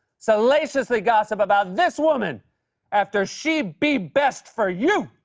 salaciously gossip about this woman after she be best for you!